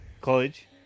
college